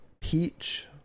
peach